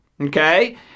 Okay